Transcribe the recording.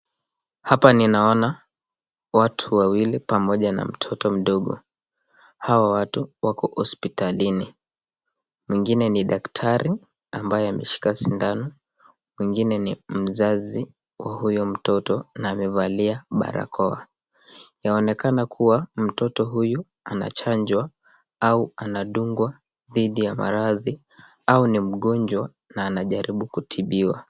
Hapa ninaona watu wawili pamoja na mtoto mdogo. Hawa watu wako hospitalini. Mwingine ni daktari ambaye ameshika sindano, mwingine ni mzazi wa huyo mtoto na amevalia barakoa. Yaonekana kuwa mtoto huyu anachanjwa au anadungwa dhidi ya maradhi au ni mgonjwa na anajaribu kutibiwa.